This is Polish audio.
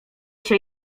się